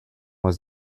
was